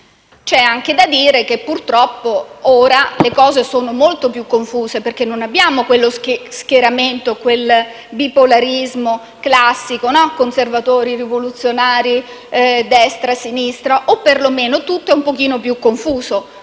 C'è anche da dire che, purtroppo, ora le cose sono molto più confuse, perché non abbiamo quegli schieramenti, quel bipolarismo classico: conservatori-rivoluzionari, destra-sinistra; tutto è più confuso